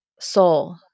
soul